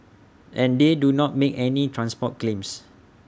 and they do not make any transport claims